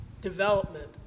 development